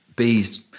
Bees